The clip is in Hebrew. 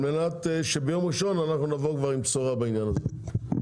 על מנת שביום ראשון כבר נבוא עם בשורה בעניין הזה.